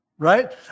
right